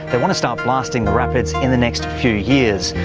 they want to start blasting the rapids in the next few years,